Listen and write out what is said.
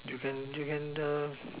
you can you can err